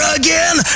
again